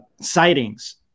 sightings